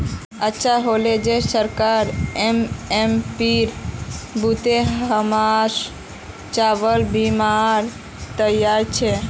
अच्छा हले जे सरकार एम.एस.पीर बितु हमसर चावल लीबार तैयार छ